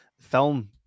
Film